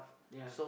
ya